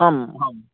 आं हां